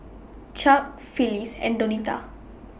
Chuck Phillis and Donita